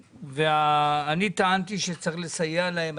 כשאני טענתי שצריך לסייע להם.